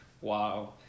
wow